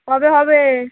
কবে হবে